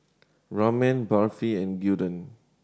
Ramen Barfi and Gyudon